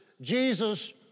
Jesus